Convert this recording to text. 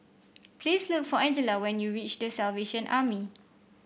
please look for Angella when you reach The Salvation Army